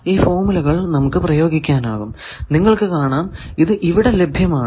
ഈ ഫോർമുലകൾ നമുക്ക് പ്രയോഗിക്കാനാകും നിങ്ങൾക്കു കാണാം ഇത് ഇവിടെ ലഭ്യമാണ്